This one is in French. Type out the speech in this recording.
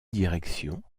direction